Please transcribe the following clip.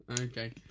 Okay